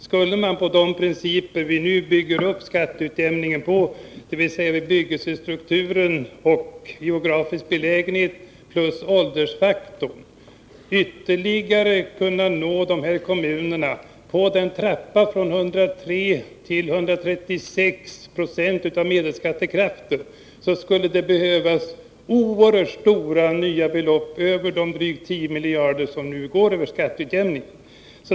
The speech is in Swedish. Skulle man enligt de principer vi nu bygger upp skatteutjämningen på, dvs. bebyggelsestruktur, geografisk belägenhet och åldersfaktorn, ytterligare kunna nå kommunerna på den trappa från 103 till 136 96 av medelskattekraften skulle det behövas oerhört stora nya belopp utöver de drygt 10 miljarder kronor som nu går över skatteutjämningen.